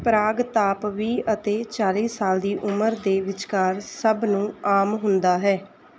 ਪਰਾਗ ਤਾਪ ਵੀਹ ਅਤੇ ਚਾਲੀ ਸਾਲ ਦੀ ਉਮਰ ਦੇ ਵਿਚਕਾਰ ਸਭ ਨੂੰ ਆਮ ਹੁੰਦਾ ਹੈ